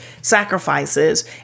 sacrifices